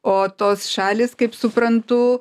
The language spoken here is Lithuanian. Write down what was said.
o tos šalys kaip suprantu